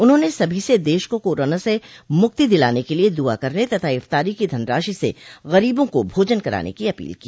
उन्होंने सभी से देश को कोरोना से मुक्ति दिलाने के लिये दुआ करने तथा इफ्तारी की धनराशि से गरीबों को भोजन कराने की अपील की